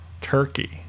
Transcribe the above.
Turkey